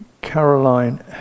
Caroline